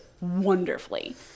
wonderfully